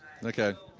look at